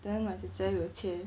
then my 姐姐有切